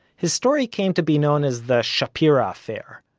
his story came to be known as the shapira affair,